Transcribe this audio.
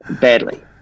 badly